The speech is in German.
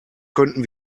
könnten